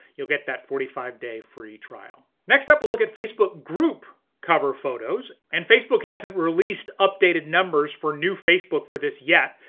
you'll get that forty five day free trial. next up, we'll look at facebook group cover photos. and facebook hasn't released updated numbers for new facebook for this yet,